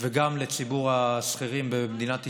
וגם לציבור השכירים במדינת ישראל.